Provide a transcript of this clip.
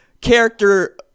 character